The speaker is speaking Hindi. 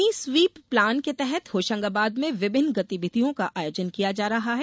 वहीं स्वीप प्लान के तहत होशंगाबाद में विभिन्न गतिविधियों का आयोजन किया जा रहा है